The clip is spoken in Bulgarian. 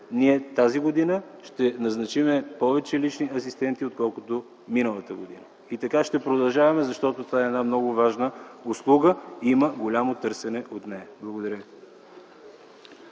ние тази година ще назначим повече лични асистенти, отколкото миналата година. И така ще продължаваме, защото това е една много важна услуга и има голямо търсене за нея. Благодаря